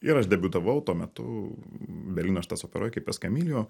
ir aš debiutavau tuo metu berlyno štatsoperoj kaip eskamilijo